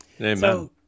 Amen